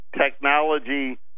Technology